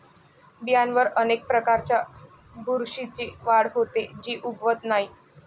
बियांवर अनेक प्रकारच्या बुरशीची वाढ होते, जी उगवत नाही